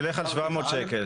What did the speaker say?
תלך על 700 שקלים.